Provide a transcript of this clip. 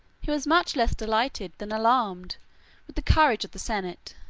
he was much less delighted than alarmed with the courage of the senate,